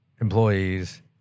employees